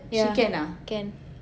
yeah can